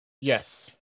Yes